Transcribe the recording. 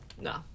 No